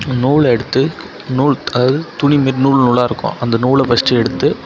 நூலை எடுத்து நூல் அதாவது துணிமாரி நூல் நூலாக இருக்கும் அந்த நூலை ஃபஸ்ட்டு எடுத்து